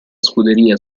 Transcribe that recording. scuderia